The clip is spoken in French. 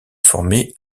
formé